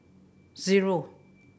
zero